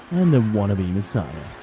and a wannabe messiah.